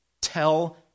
tell